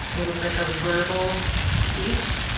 it was like a verbal speech.